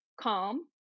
calm